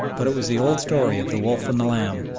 but it was the old story of the wolf and the lamb.